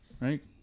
right